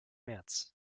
märz